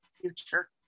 future